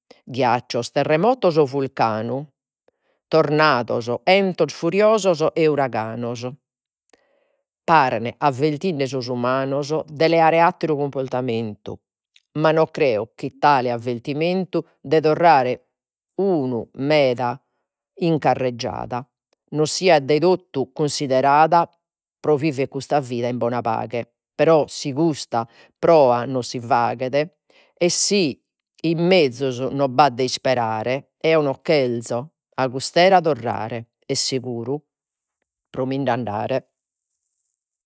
Ghiaccios, terremotos o vulcanu, tornados, 'entos furiosos e uraganos, paren sos umanos de leare cumportamentu. Ma no creo chi tale avvertimentu de torrare meda in carregiada, no siat dae totu cunsiderada, pro vivere custa vida in bona paghe. Però si custa proa non si faghet, e in mezus non b'at de isperare, eo no cherzo a cust'era torrare e seguru pro minde andare.